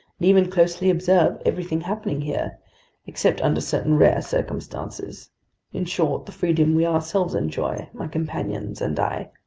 and even closely observe everything happening here except under certain rare circumstances in short, the freedom we ourselves enjoy, my companions and i.